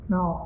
Now